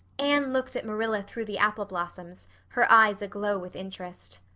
anne looked at marilla through the apple blossoms, her eyes aglow with interest.